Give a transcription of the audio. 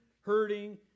hurting